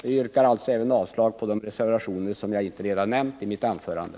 Jag yrkar även avslag på de reservationer jag inte redan nämnt i mitt anförande.